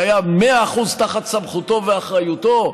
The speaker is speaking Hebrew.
שהיה במאה אחוז תחת סמכותו ואחריותו,